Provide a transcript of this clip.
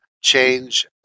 change